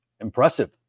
impressive